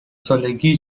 سالگی